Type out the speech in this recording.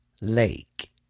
Lake